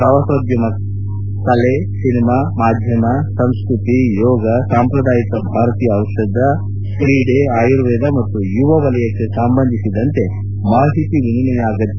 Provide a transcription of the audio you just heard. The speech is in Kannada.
ಪ್ರವಾಸೋದ್ಯಮ ಕಲೆ ಸಿನಿಮಾ ಮಾಧ್ಯಮ ಸಂಸ್ಟತಿ ಯೋಗ ಸಾಂಪ್ರದಾಯಿಕ ಭಾರತೀಯ ಔಷಧ ಕ್ರೀಡೆ ಆಯುರ್ವೇದ ಮತ್ತು ಯುವ ಕ್ಷೇತ್ತಕ್ಕೆ ಸಂಬಂಧಿಸಿದಂತೆ ಮಾಹಿತಿ ವಿನಿಮಯ ಅಗತ್ಯ